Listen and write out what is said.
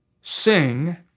sing